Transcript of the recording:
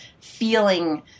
feeling